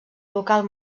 local